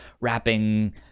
rapping